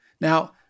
Now